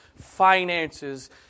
finances